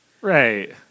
Right